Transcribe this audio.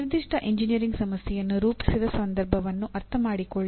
ನಿರ್ದಿಷ್ಟ ಎಂಜಿನಿಯರಿಂಗ್ ಸಮಸ್ಯೆಯನ್ನು ರೂಪಿಸಿದ ಸಂದರ್ಭವನ್ನು ಅರ್ಥಮಾಡಿಕೊಳ್ಳಿ